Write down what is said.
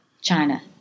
China